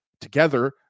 together